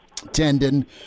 tendon